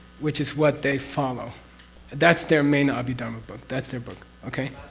which is what they follow that's their main ah abhidharma book that's their book, okay?